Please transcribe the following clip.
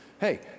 hey